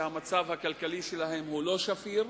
שהמצב הכלכלי שלהן הוא לא שפיר,